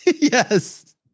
Yes